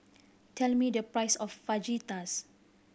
tell me the price of Fajitas